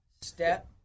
Step